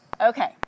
Okay